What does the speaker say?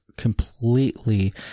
Completely